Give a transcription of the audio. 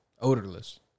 Odorless